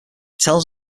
tells